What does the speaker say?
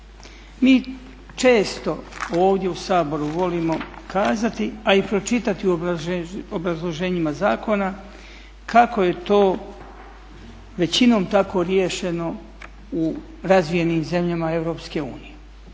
mi često ovdje u Saboru volimo kazati a i pročitati u obrazloženjima zakona kako je to većinom tako riješeno u razvijenim zemljama EU, kako je